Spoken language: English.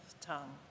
tongue